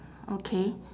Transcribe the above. okay